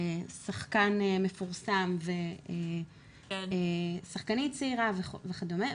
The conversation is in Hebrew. שחקן מפורסם ושחקנית צעירה וכדומה,